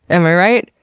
am i right?